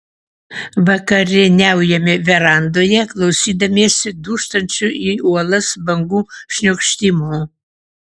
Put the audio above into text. vakarieniaujame verandoje klausydamiesi dūžtančių į uolas bangų šniokštimo